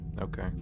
Okay